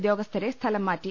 ഉദ്യോഗസ്ഥരെ സ്ഥലം മാറ്റി